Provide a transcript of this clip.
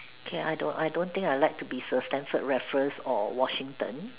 okay I don't I don't think I like to be sir Stamford Raffles or Washington